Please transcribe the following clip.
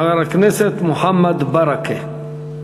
חבר הכנסת מוחמד ברכה.